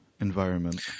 environment